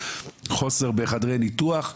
חוסר בחדרי ניתוח.